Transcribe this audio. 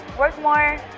work more,